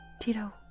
Tito